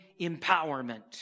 empowerment